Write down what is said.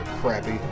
crappy